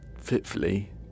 fitfully